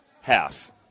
half